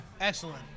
Excellent